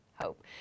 hope